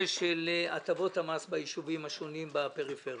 של הטבות המס ביישובים השונים בפריפריה.